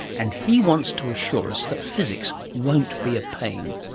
and he wants to assure us that physics won't be a pain.